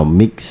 mix